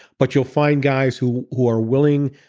but you'll find guys who who are willing,